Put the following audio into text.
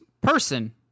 person